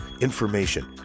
information